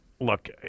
Look